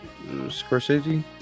Scorsese